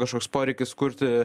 kažkoks poreikis kurti